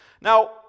Now